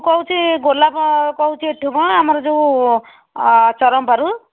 ମୁଁ କହୁଛି ଗୋଲାପ କହୁଛି ଏଠୁ ମ ଆମର ଯେଉଁ ଚରମ୍ପାରୁ